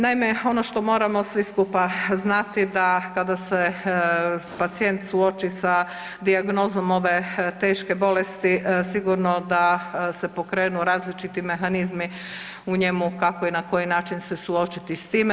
Naime, ono što moramo svi skupa znati da kada se pacijent suoči sa dijagnozom ove teške bolesti sigurno da se pokrenu različiti mehanizmi u njemu kako i na koji način se suočiti s time.